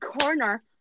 corner